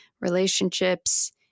relationships